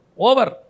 Over